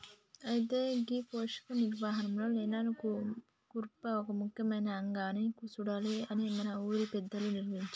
అయితే గీ పోషక నిర్వహణలో నేల కూర్పు ఒక ముఖ్యమైన అంగం అని సూడాలి అని మన ఊరి పెద్దలు నిర్ణయించారు